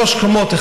שלוש קומות,